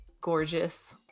gorgeous